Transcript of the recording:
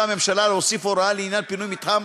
הממשלה להוסיף הוראה לעניין פינוי מתחם,